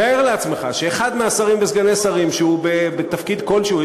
תתאר לעצמך שאחד מהשרים וסגני שרים שהוא בתפקיד כלשהו,